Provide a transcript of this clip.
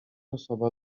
osoba